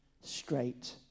straight